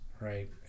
right